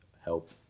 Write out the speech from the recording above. help